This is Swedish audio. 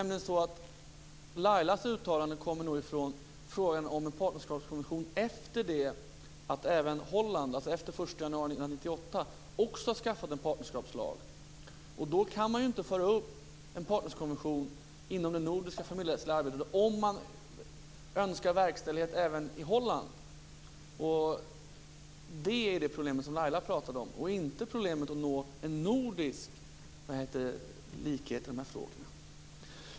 Laila Freivalds uttalanden kommer nog från frågan om en partnerskapskommission efter det att även Holland, alltså efter den 1 januari 1998, har infört en partnerskapslag. Man kan ju inte föra upp en partnerskapskommission inom det nordiska familjerättsliga arbetet om man önskar verkställighet även i Holland. Det är det problem som Laila Freivalds talade om, det var inte problemet att nå en nordisk likhet i dessa fråga.